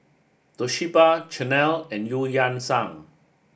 Toshiba Chanel and Eu Yan Sang